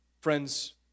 Friends